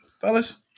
fellas